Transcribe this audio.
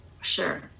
Sure